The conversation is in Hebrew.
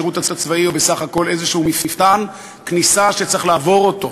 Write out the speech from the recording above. השירות הצבאי הוא בסך הכול מפתן כניסה כלשהו שצריך לעבור אותו.